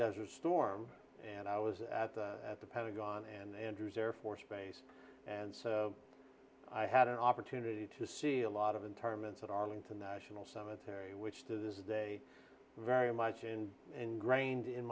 desert storm and i was at the at the pentagon and andrews air force base and so i had an opportunity to see a lot of internment at arlington national cemetery which to this is a very much and engrained in